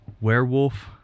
werewolf